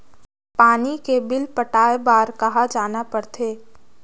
पानी के बिल पटाय बार कहा जाना पड़थे?